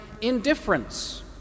indifference